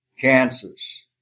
cancers